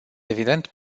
evident